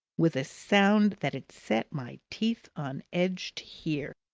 with a sound that it set my teeth on edge to hear.